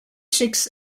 six